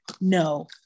no